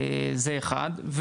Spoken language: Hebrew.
זה אחד.